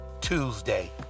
Tuesday